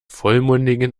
vollmundigen